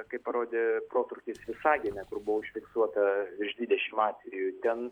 kaip parodė protrūkis visagine kur buvo užfiksuota virš dvidešimt atvejų ten